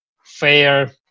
fair